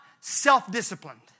self-disciplined